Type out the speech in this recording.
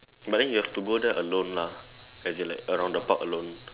but then you have to go there alone lah as in like around the park alone